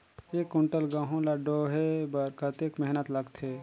एक कुंटल गहूं ला ढोए बर कतेक मेहनत लगथे?